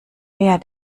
mehr